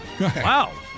wow